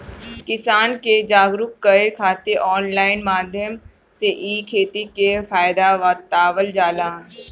किसान के जागरुक करे खातिर ऑनलाइन माध्यम से इ खेती के फायदा बतावल जाला